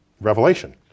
Revelation